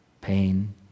pain